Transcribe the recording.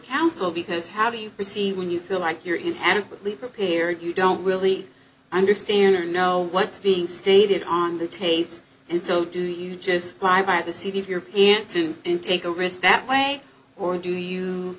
counsel because how do you proceed when you feel like you're in adequately prepared you don't really understand or know what's being stated on the tape and so do you just highlight the cv of your aunt to take a risk that way or do you